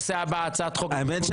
האמת,